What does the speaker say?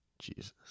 Jesus